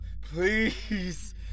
Please